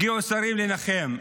הגיעו שרים לנחם.